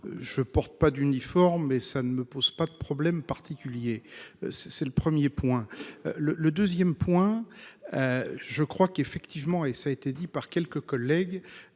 Je porte pas d'uniforme et ça ne me pose pas de problème particulier. C'est le 1er point le le 2ème point. Je crois qu'effectivement et ça a été dit par quelques collègues.